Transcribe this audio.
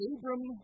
Abram